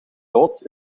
loods